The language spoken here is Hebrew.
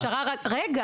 << יור >> פנינה